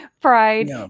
pride